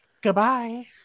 Goodbye